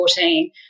2014